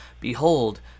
Behold